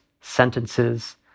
sentences